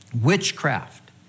witchcraft